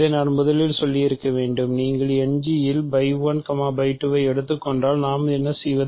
இதை நான் முதலில் சொல்லியிருக்க வேண்டும் நீங்கள் End இல் ஐ எடுத்துக் கொண்டால் நாம் என்ன செய்வது